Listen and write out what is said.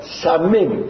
samim